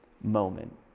moment